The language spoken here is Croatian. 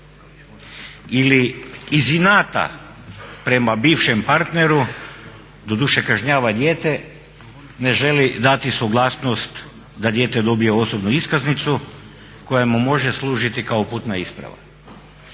Ili iz inata prema bivšem partneru doduše kažnjava dijete, ne želi dati suglasnost da dijete dobije osobnu iskaznicu koja mu može služiti kao putna isprava.